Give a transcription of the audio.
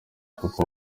kuko